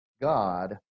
God